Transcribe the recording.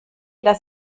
das